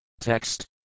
Text